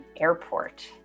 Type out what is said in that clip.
airport